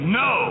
no